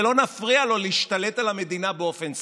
ולא נפריע לו להשתלט על המדינה באופן סופי.